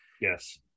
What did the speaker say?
Yes